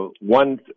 one